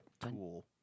tool